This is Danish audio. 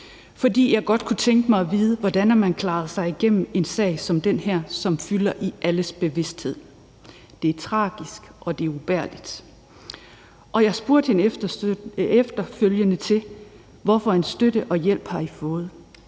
fordi jeg godt kunne tænke mig at vide, hvordan man har klaret sig igennem en sag som den her, som fylder i alles bevidsthed. Det er tragisk, og det er ubærligt, og jeg spurgte hende efterfølgende til, hvad for en støtte og hjælp de har fået: